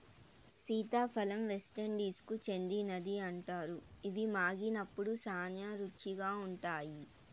సీతాఫలం వెస్టిండీస్కు చెందినదని అంటారు, ఇవి మాగినప్పుడు శ్యానా రుచిగా ఉంటాయి